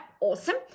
awesome